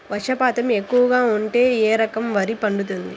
వర్షపాతం ఎక్కువగా ఉంటే ఏ రకం వరి పండుతుంది?